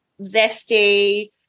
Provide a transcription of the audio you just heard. zesty